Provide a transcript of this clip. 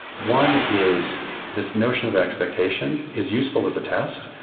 one is this notion of expectation is useful as a test,